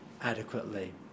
adequately